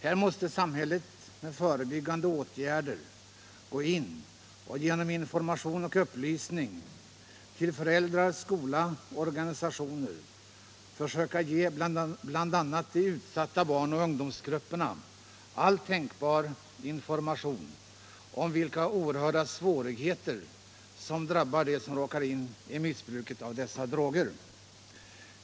Här måste samhället med förebyggande åtgärder gå in och genom information och upplysning till föräldrar, skola och organisationer försöka ge bl.a. de utsatta barnoch ungdomsgrupperna all tänkbar kunskap om vilka oerhörda svårigheter som drabbar dem som råkar in i missbruk av dessa droger.